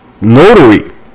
Notary